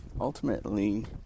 ultimately